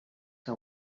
que